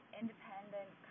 independent